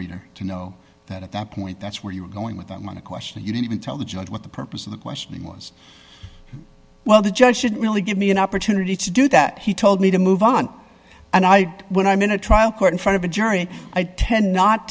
reader to know that at that point that's where you're going with them on a question you didn't even tell the judge what the purpose of the questioning was well the judge should really give me an opportunity to do that he told me to move on and i when i'm in a trial court in front of a jury i tend not